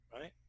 right